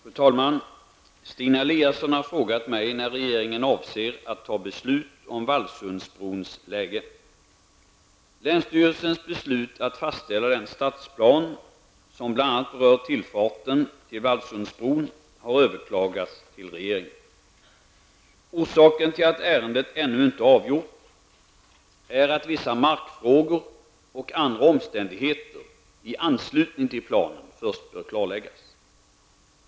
Fru talman! Stina Eliasson har frågat mig när regeringen avser att fatta beslut om Vallsundsbrons läge. Länsstyrelsens beslut att fastställa den stadsplan som bl.a. berör tillfarten till Vallsundsbron har överklagats till regeringen. Orsaken till att ärendet ännu inte är avgjort är att vissa markfrågor och andra omständigheter i anslutning till planen först bör klarläggas.